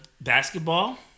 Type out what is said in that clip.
basketball